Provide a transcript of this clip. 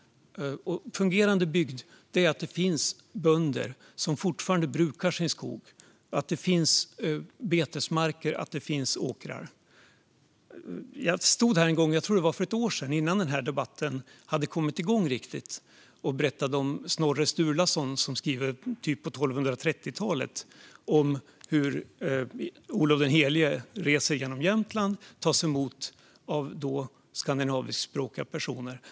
En fungerande bygd innebär att det finns bönder som fortfarande brukar sin skog och att det finns betesmarker och åkrar. Jag stod här en gång - jag tror att det var för ett år sedan, innan den här debatten hade kommit igång riktigt - och berättade om Snorre Sturlasson som skrev på 1230-talet om hur Olof den helige reste genom Jämtland och togs emot av skandinaviskspråkiga personer.